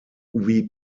wie